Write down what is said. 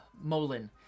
Molin